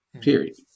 Period